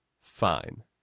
fine